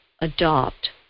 adopt